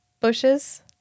bushes